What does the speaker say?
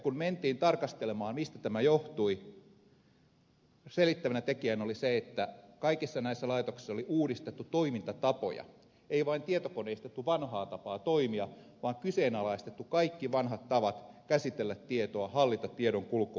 kun mentiin tarkastelemaan mistä tämä johtui selittävänä tekijänä oli se että kaikissa näissä laitoksissa oli uudistettu toimintatapoja ei vain tietokoneistettu vanhaa tapaa toimia vaan kyseenalaistettu kaikki vanhat tavat käsitellä tietoa hallita tiedon kulkua organisaatiossa